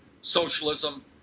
socialism